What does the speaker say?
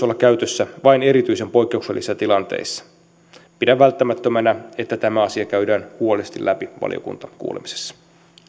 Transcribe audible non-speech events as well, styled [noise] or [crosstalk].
[unintelligible] olla käytössä vain erityisen poikkeuksellisissa tilanteissa pidän välttämättömänä että tämä asia käydään huolellisesti läpi valiokuntakuulemisessa